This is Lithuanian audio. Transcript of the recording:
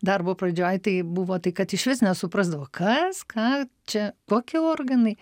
darbo pradžioj tai buvo tai kad išvis nesuprasdavo kas ką čia kokie organai